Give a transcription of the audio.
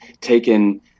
taken